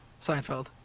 Seinfeld